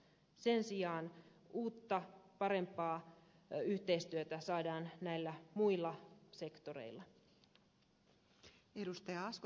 sen sijaan uutta parempaa yhteistyötä saadaan näillä muilla sektoreilla